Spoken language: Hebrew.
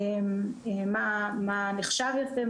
מה נחשב יפה,